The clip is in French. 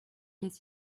quelle